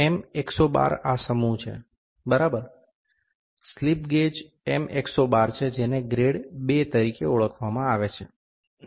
M 112 આ સમૂહ છે બરાબર સ્લિપ ગેજ M 112 છે જેને ગ્રેડ II તરીકે ઓળખવામાં આવે છે